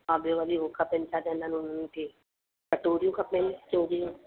ऐं ॿियो वरी उहे खपनि छा चवंदा आहिनि उन्हनि खे कटोरियूं खपनि चोवीह